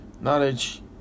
Knowledge